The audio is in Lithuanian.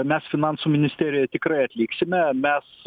mes finansų ministerijoje tikrai atliksime mes